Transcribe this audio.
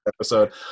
episode